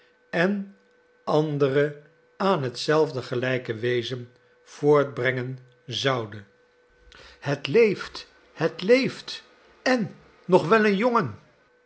en andere aan hetzelve gelijke wezen voortbrengen zoude het leeft het leeft en nog wel een jongen